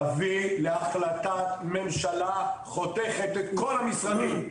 תביא להחלטת ממשלה חותכת את כל המשרדים,